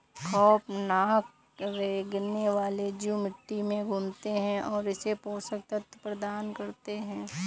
खौफनाक रेंगने वाले जीव मिट्टी में घूमते है और इसे पोषक तत्व प्रदान करते है